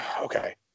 okay